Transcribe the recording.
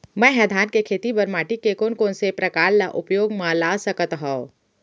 मै ह धान के खेती बर माटी के कोन कोन से प्रकार ला उपयोग मा ला सकत हव?